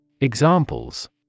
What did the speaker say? Examples